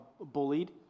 bullied